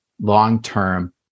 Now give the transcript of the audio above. long-term